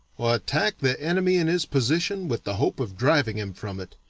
attack the enemy in his position with the hope of driving him from it,